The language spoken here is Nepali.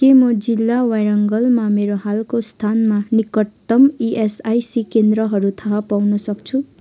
के म जिल्ला वारङ्गलमा मेरो हालको स्थानमा निकटतम इएसआइसी केन्द्रहरू थाहा पाउन सक्छु